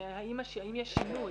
האם יש שינוי.